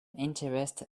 interested